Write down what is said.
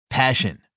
Passion